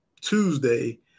Tuesday